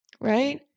Right